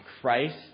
Christ